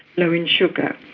low in sugar.